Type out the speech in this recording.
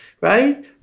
right